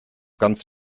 ganz